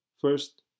First